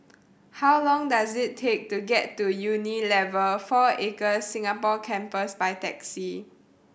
how long does it take to get to Unilever Four Acres Singapore Campus by taxi